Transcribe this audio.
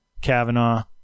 Kavanaugh